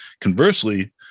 Conversely